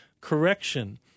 correction